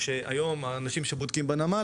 היום האנשים שבודקים בנמל,